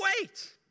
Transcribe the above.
wait